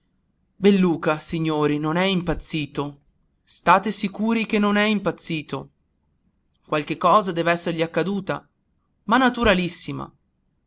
dissi belluca signori non è impazzito state sicuri che non è impazzito qualche cosa dev'essergli accaduta ma naturalissima